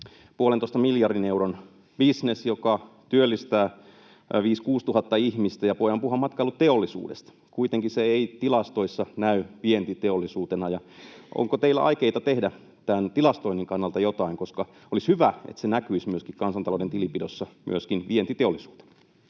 puolentoista miljardin euron bisnes, joka työllistää 5 000—6 000 ihmistä, ja voidaan puhua matkailuteollisuudesta, niin kuitenkaan se ei tilastoissa näy vientiteollisuutena. Onko teillä aikeita tehdä tämän tilastoinnin kannalta jotain, koska olisi hyvä, että se näkyisi myöskin kansantalouden tilinpidossa myöskin vientiteollisuutena?